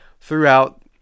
throughout